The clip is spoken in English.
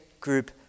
group